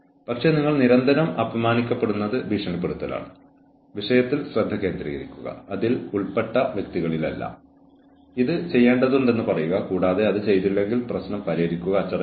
അച്ചടക്ക പരാതി നടപടിക്രമങ്ങളുടെ ഉള്ളടക്കത്തിൽ വീണ്ടും ഈ പേപ്പറിൽ വില്യംസും റംബിൾസും നൽകിയ നിർദ്ദേശങ്ങൾ അടങ്ങിയിരിക്കണം